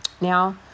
now